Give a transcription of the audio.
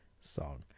song